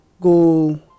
go